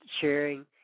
sharing